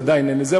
עדיין אין לזה,